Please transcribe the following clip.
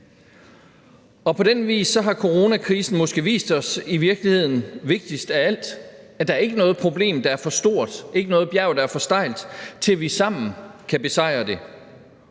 Og på den vis har coronakrisen måske i virkeligheden vist os – vigtigst af alt – at der ikke er noget problem, der er for stort, og ikke noget bjerg, der er for stejlt, til at vi sammen kan besejre det,